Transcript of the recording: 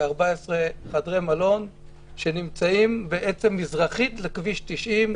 כ-14 בתי מלון שנמצאים מזרחית לכביש 90,